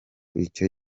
icyo